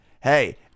Hey